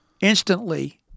instantly